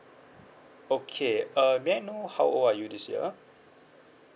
okay uh may I know how old are you this year